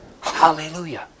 Hallelujah